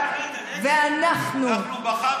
ואנחנו,